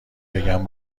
بگم